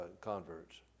converts